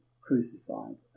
crucified